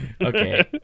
Okay